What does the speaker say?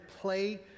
Play